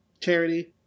charity